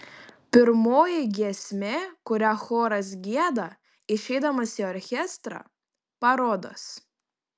pirmoji giesmė kurią choras gieda išeidamas į orchestrą parodas